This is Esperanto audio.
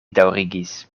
daŭrigis